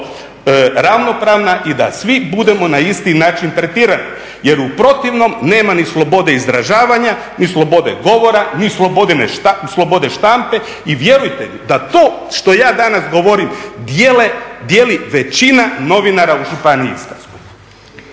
ravnopravna i da svi budemo na isti način tretirani, jer u protivnom nema ni slobode izražavanja ni slobode govora ni slobode štampe i vjerujte mi da to što ja danas govorim dijeli većina novinara u Županiji istarskoj.